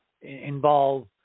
involve